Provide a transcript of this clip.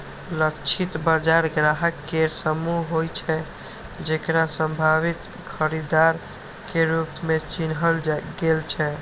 लक्षित बाजार ग्राहक केर समूह होइ छै, जेकरा संभावित खरीदार के रूप मे चिन्हल गेल छै